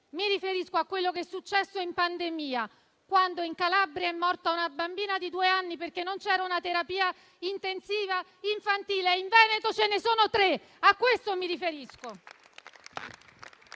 Mi riferisco a quello che è successo durante la pandemia, quando in Calabria è morta una bambina di due anni perché non c'era una terapia intensiva infantile, mentre in Veneto ce ne sono tre. A questo mi riferisco!